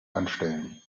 anstellen